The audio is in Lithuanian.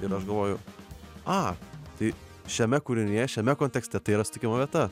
ir aš galvoju a tai šiame kūrinyje šiame kontekste tai yra susitikimo vieta